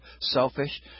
selfish